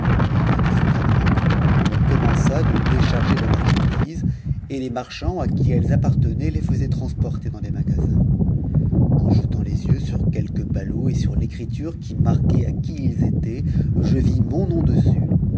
dès qu'il fut à l'ancre on commença à décharger les marchanj ses et les marchands à qui elles appartenaient les faisaient transporter nsdes magasins en jetant les yeux sur quelques ballots et sur l'écriture qui marquait à qui ils étaient je vis mon nom dessus